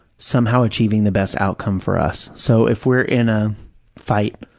somehow achieving the best outcome for us. so, if we're in a fight,